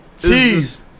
Jeez